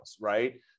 right